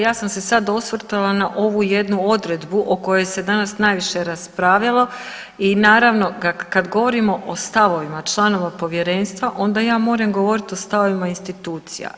Ja sam se sad osvrtala na ovu jednu odredbu o kojoj se danas najviše raspravljalo i naravno kad govorimo o stavovima članova povjerenstva onda ja moram govorit o stavovima institucija.